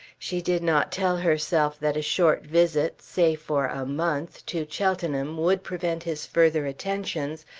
she did not tell herself that a short visit, say for a month, to cheltenham, would prevent his further attentions,